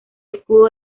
escudo